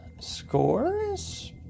scores